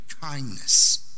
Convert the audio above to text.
kindness